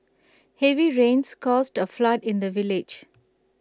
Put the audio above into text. heavy rains caused A flood in the village